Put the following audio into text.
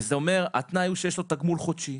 התנאי הוא שיש לו תגמול חודשי.